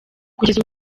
kugeza